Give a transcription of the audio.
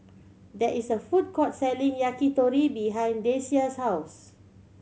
there is a food court selling Yakitori behind Deasia's house